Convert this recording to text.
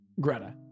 Greta